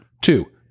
Two